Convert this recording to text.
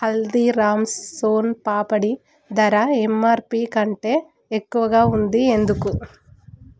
హల్దీరామ్స్ సోన్ పాపడి ధర ఎంఆర్పి కంటే ఎక్కువగా ఉంది ఎందుకు